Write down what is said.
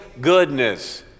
goodness